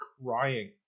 crying